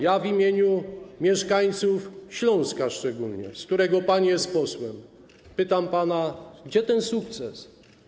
Ja w imieniu mieszkańców Śląska szczególnie, z którego pan jest posłem, pytam pana: Gdzie ten sukces?